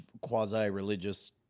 quasi-religious